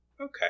okay